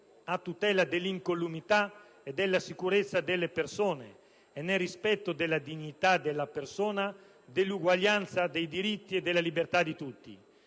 a tutela dell'incolumità e della sicurezza delle persone e nel rispetto della dignità della persona, dell'uguaglianza dei diritti e delle libertà di tutti.